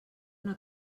una